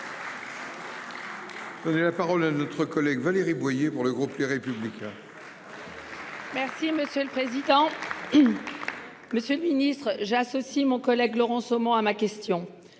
Donner la parole à notre collègue Valérie Boyer pour le groupe Les Républicains. Merci monsieur le président. Hé oui. Monsieur le ministre, j'associe mon collègue Laurent Somon à ma question.